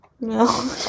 No